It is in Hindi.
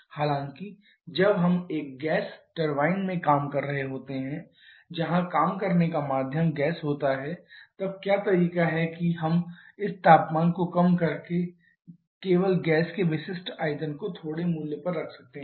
हालाँकि जब हम एक गैस टरबाइन में काम कर रहे होते हैं जहाँ काम करने का माध्यम गैस होता है तब क्या तरीका है कि हम इस तापमान को कम करके केवल गैस के विशिष्ट आयतन को थोड़े मूल्य पर रख सकते हैं